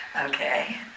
Okay